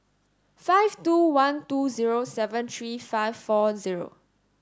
five two one two zero seven three five four zero